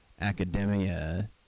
academia